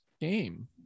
game